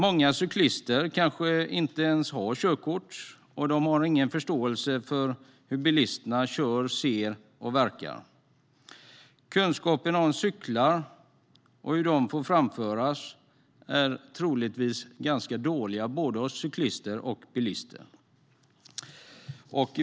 Många cyklister kanske inte ens har körkort, och de har ingen förståelse för hur bilisterna kör, ser och verkar. Kunskaperna om cyklar och hur de får framföras är troligtvis ganska dåliga både hos cyklister och bilister.